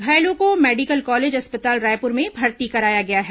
घायलों को medical college अस्पताल रायपुर में भर्ती कराया गया है